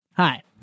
Hi